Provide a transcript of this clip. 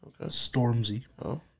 Stormzy